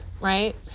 right